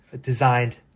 designed